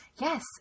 Yes